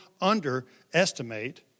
underestimate